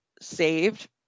saved